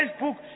Facebook